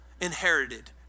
inherited